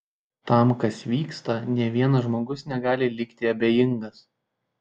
tam kas vyksta nė vienas žmogus negali likti abejingas